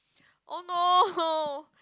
oh no